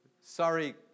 sorry